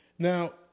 Now